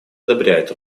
одобряет